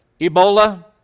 Ebola